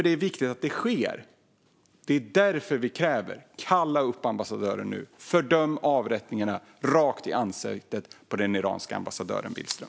Det är viktigt att det sker, och därför kräver vi att ambassadören kallas upp nu. Fördöm avrättningarna rakt i ansiktet på den iranska ambassadören, Billström!